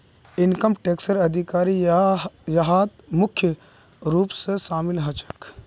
income टैक्सेर अधिकारी यहात मुख्य रूप स शामिल ह छेक